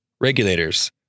Regulators